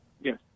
Yes